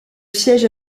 siège